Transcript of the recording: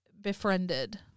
befriended